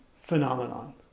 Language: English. phenomenon